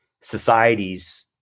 societies